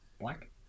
black